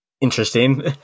interesting